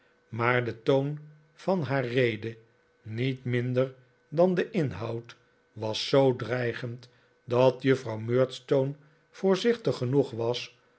maar de toon van haar rede niet minder dan de inhoud was zoo dreigend dat juffrouw murdstone voorzichtig genoeg was